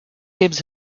gives